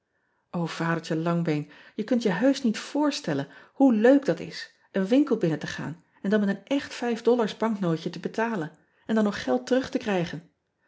adertje angbeen je kunt je heusch niet voorstellen hoe leuk dat is een winkel binnen te gaan en dan met een echt vijfdollars banknootje te betalen en dan nog geld terug te krijgen